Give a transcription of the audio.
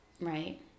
right